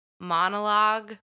monologue